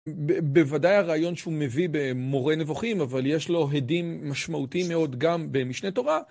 בוודאי הרעיון שהוא מביא במורה נבוכים, אבל יש לו הדים משמעותיים מאוד גם במשנה תורה.